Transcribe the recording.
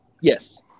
Yes